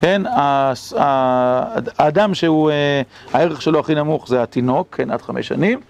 כן, האדם שהוא הערך שלו הכי נמוך זה התינוק, כן, עד חמש שנים.